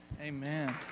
Amen